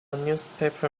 newspaper